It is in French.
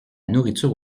nourriture